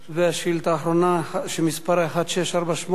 השאילתא האחרונה, שמספרה 1648,